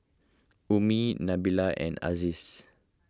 Ummi Nabila and Aziz